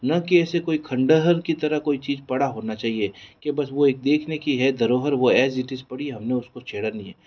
न कि ऐसे कोई खण्डहर की तरह कोई चीज़ पड़ा होना चाहिए के बस वो एक देखने की है धरोहर वो ऐज़ इट इज़ पड़ी है हमने उसको छेड़ा नहीं है